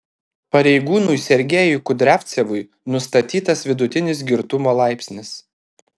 pareigūnui sergejui kudriavcevui nustatytas vidutinis girtumo laipsnis